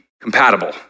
compatible